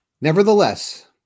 Nevertheless